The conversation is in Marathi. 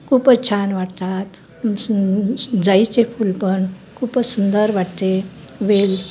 खूपच छान वाटतात जाईचे फूल पण खूपच सुंदर वाटते वेल